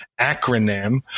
acronym